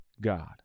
God